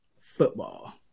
football